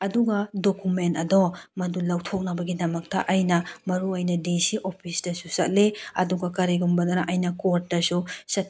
ꯑꯗꯨꯒ ꯗꯣꯀꯨꯃꯦꯟ ꯑꯗꯣ ꯃꯗꯨ ꯂꯧꯊꯣꯛꯅꯕꯒꯤꯗꯃꯛꯇ ꯑꯩꯅ ꯃꯔꯨ ꯑꯣꯏꯅ ꯗꯤ ꯁꯤ ꯑꯣꯐꯤꯁꯇꯁꯨ ꯆꯠꯂꯤ ꯑꯗꯨꯒ ꯀꯔꯤꯒꯨꯝꯕꯗꯅ ꯀꯣꯔꯠꯇꯁꯨ ꯆꯠꯄ